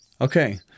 Okay